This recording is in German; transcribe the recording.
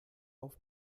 auf